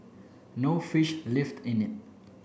no fish lived in it